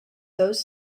those